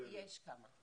יש כמה.